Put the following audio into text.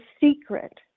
secret